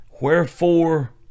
wherefore